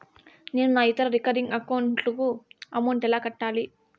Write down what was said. నేను నా ఇతర రికరింగ్ అకౌంట్ లకు అమౌంట్ ఎలా కట్టాలి?